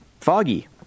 Foggy